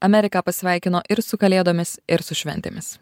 ameriką pasveikino ir su kalėdomis ir su šventėmis